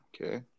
Okay